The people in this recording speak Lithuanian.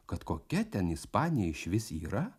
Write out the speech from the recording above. kad kokia ten ispanija išvis yra